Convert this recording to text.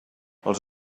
els